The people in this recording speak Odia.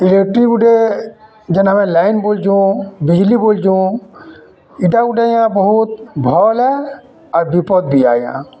ଇଲେକ୍ଟ୍ରିକ୍ ଗୁଟେ ଯେନ୍ ଆମେ ଲାଇନ୍ ବୋଲୁଛୁଁ ବିଜ୍ଲି ବୋଲ୍ଛୁଁ ଇଟା ଗୁଟେ ଏହା ବହୁତ୍ ଭଲ୍ ଆର୍ ବିପଦ୍ ବି ଆଏ ଆଜ୍ଞା